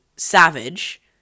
savage